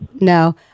No